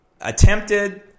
attempted